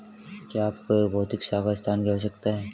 क्या आपको एक भौतिक शाखा स्थान की आवश्यकता है?